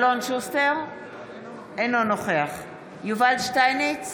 אינו נוכח יובל שטייניץ,